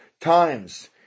times